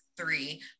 three